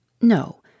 No